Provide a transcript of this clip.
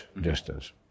distance